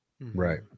right